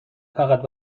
فقط